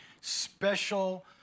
special